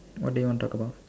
what do you want to talk about